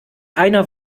einer